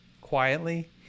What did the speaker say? quietly